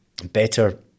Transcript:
Better